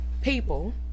people